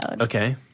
Okay